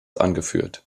angeführt